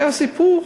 היה סיפור,